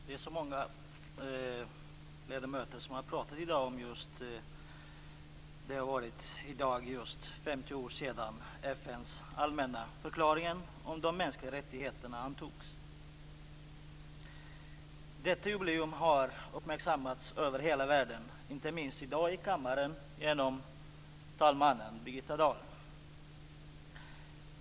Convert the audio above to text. Fru talman! Många ledamöter har i dag pratat om att det är 50 år sedan FN:s allmänna förklaring om de mänskliga rättigheterna antogs. Detta jubileum har uppmärksammats över hela världen, och inte minst här i kammaren av talmannen Birgitta Dahl.